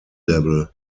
level